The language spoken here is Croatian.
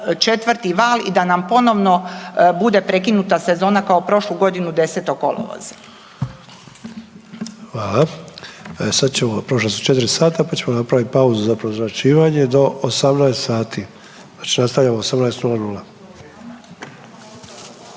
4. val i da nam ponovno bude prekinuta sezona kao prošlu godinu 10. kolovoza.